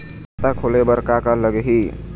खाता खोले बर का का लगही?